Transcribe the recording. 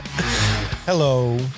Hello